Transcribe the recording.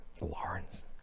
Lawrence